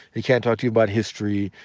he can't talk to you about history,